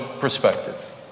perspective